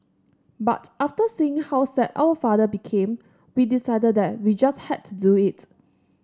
but after seeing how sad our father became we decided that we just had to do it